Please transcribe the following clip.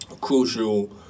crucial